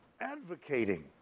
advocating